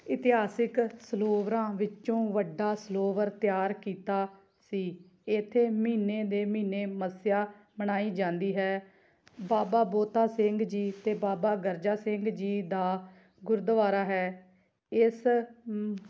ਇਤਿਹਾਸਿਕ ਸਰੋਵਰਾਂ ਵਿੱਚੋਂ ਵੱਡਾ ਸਰੋਵਰ ਤਿਆਰ ਕੀਤਾ ਸੀ ਇੱਥੇ ਮਹੀਨੇ ਦੇ ਮਹੀਨੇ ਮੱਸਿਆ ਮਨਾਈ ਜਾਂਦੀ ਹੈ ਬਾਬਾ ਬੋਤਾ ਸਿੰਘ ਜੀ ਅਤੇ ਬਾਬਾ ਗਰਜਾ ਸਿੰਘ ਜੀ ਦਾ ਗੁਰਦੁਆਰਾ ਹੈ ਇਸ